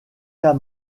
cas